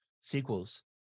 sequels